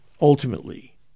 ultimately